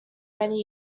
many